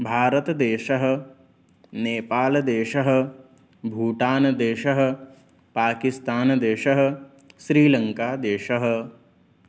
भारतदेशः नेपालदेशः भूटानदेशः पाकिस्तानदेशः श्रीलङ्कादेशः